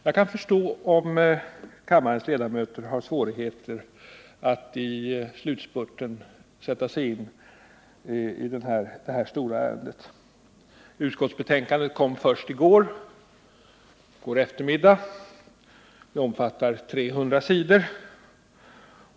Jag kan förstå om kammarens ledamöter har svårigheter att i slutspurten sätta sig in i detta stora ärende. Utskottsbetänkandet kom först i går eftermiddag. Det omfattar 300 sidor.